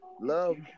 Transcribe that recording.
love